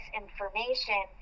information